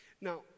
Now